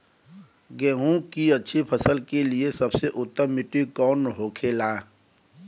गेहूँ की अच्छी फसल के लिए सबसे उत्तम मिट्टी कौन होखे ला?